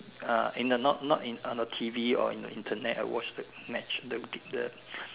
ah in the not not in on the T_V or the Internet I watch the match the the